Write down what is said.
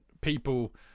people